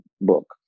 book